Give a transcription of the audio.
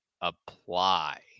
apply